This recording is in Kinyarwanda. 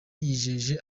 yijeje